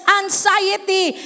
anxiety